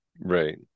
Right